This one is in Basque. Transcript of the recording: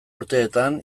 urteetan